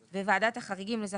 ועדת החריגים לניידות וועדת החריגים